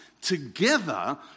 together